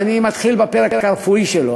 אני מתחיל בפרק הרפואי שלו,